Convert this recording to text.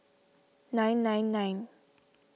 nine nine nine